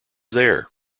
there